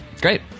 Great